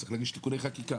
צריך להגיש תיקוני חקיקה.